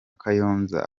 kayonza